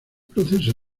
proceso